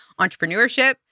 entrepreneurship